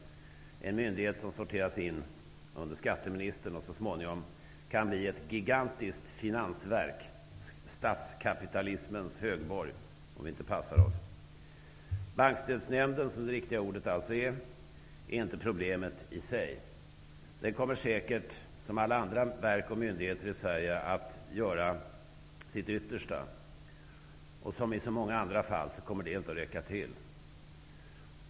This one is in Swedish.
Det är en myndighet som sorterar under skatteministern och som så småningom kan bli ett gigantiskt finansverk -- statskapitalismens högborg -- om vi inte passar oss. Bankstödsnämnden är inte problemet i sig. Den kommer säkert, precis som alla andra verk och myndigheter i Sverige, att göra sitt yttersta. Som i så många andra fall kommer det inte att räcka till.